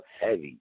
heavy